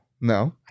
No